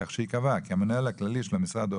כך שייקבע כי המנהל הכללי של המשרד או